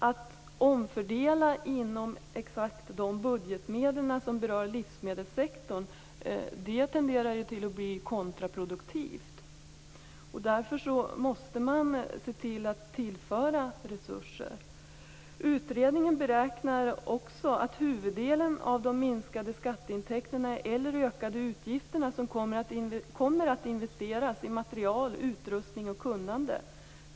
Att omfördela inom exakt de budgetmedel som berör livsmedelssektorn tenderar att bli kontraproduktivt. Därför måste man tillföra resurser. Utredningen beräknar också att huvuddelen av de minskade skatteintäkterna eller ökade utgifterna kommer att investeras i material, utrustning och kunnande.